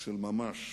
של ממש